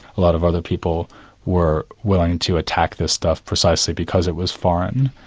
a lot of other people were willing to attack this stuff precisely because it was foreign.